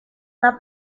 una